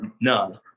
no